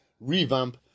revamp